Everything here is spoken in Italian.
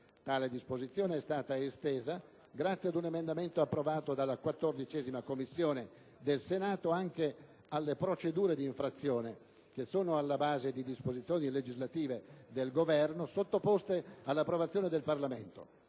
Tale disposizione è stata estesa, grazie ad un emendamento approvato dalla 14a Commissione del Senato, anche alle procedure di infrazione che sono alla base di disposizioni legislative del Governo sottoposte all'approvazione del Parlamento.